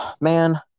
man